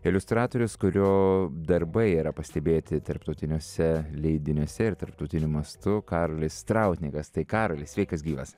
iliustratorius kurio darbai yra pastebėti tarptautiniuose leidiniuose ir tarptautiniu mastu karolis strautniekas tai karoli sveikas gyvas